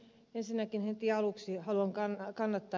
ensinnäkin heti aluksi haluan kannattaa ed